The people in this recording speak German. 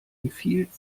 empfiehlt